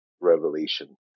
Revelation